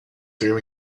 dream